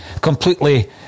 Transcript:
completely